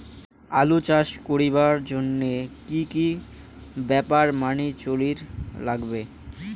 আলু চাষ করিবার জইন্যে কি কি ব্যাপার মানি চলির লাগবে?